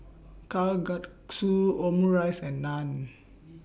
Kalguksu Omurice and Naan